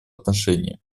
отношении